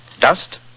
Dust